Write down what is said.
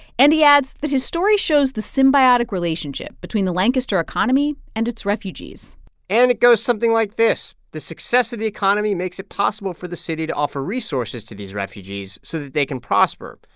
and he adds that his story shows the symbiotic relationship between the lancaster economy and its refugees and it goes something like this. the success of the economy makes it possible for the city to offer resources to these refugees so that they can prosper,